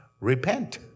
Repent